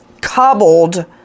cobbled